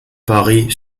parie